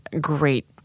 great